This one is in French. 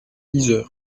yzeure